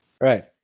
right